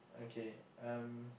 okay um